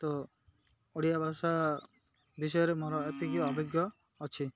ତ ଓଡ଼ିଆ ଭାଷା ବିଷୟରେ ମୋର ଏତିକି ଅଭିଜ୍ଞ ଅଛି